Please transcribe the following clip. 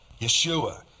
Yeshua